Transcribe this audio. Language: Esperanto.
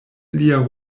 lia